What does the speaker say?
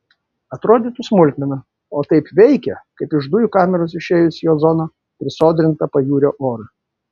atrodytų smulkmena o taip veikia kaip iš dujų kameros išėjus į ozono prisodrintą pajūrio orą